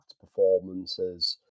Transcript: performances